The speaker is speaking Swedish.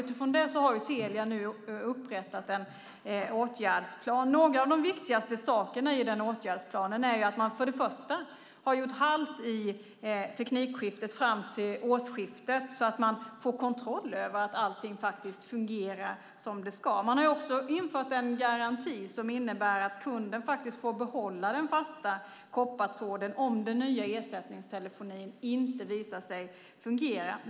Utifrån det har Telia nu upprättat en åtgärdsplan. En av de viktigaste sakerna i den åtgärdsplanen är att man fram till årsskiftet gör halt när det gäller teknikskiftet så att man får kontroll över att allt fungerar som det ska. Man har också infört en garanti som innebär att kunden får behålla systemet med fast koppartråd om det visar sig att den nya ersättningstelefonin inte fungerar.